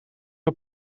een